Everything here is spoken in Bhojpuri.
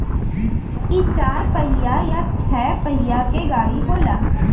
इ चार पहिया या छह पहिया के गाड़ी होला